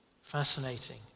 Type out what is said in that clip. Fascinating